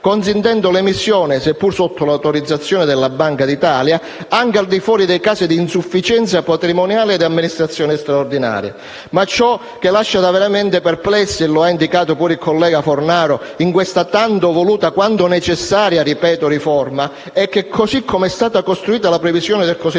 consentendone l'emissione - seppur sotto l'autorizzazione della Banca d'Italia - anche al di fuori dei casi di insufficienza patrimoniale e amministrazione straordinaria. Ma ciò che lascia davvero perplessi - e l'ha indicato anche il collega Fornaro -in questa tanto voluta quanto necessaria riforma è, così com'è stata costruita, la previsione del cosiddetto